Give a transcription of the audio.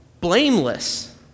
blameless